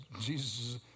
Jesus